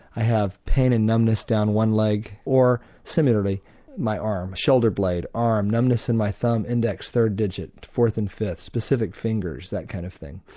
i have pain and numbness down one leg, or similarly my arm, shoulder blade, arm, a numbness in my thumb, index third digit, fourth and fifth, specific fingers', that kind of thing.